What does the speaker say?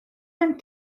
and